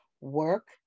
work